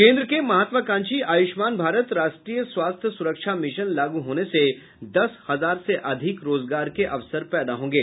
केन्द्र के महत्वाकांक्षी आयुष्मान भारत राष्ट्रीय स्वास्थ्य सुरक्षा मिशन लागू होने से दस हजार से अधिक रोजगार के अवसर पैदा होंगे